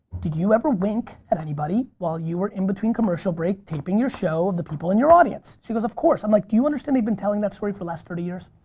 did you ever wink at anybody while you were in between commercial break, taping your show? the people in your audience? she goes, of course. i'm like, do you understand they've been telling that story for the last thirty years?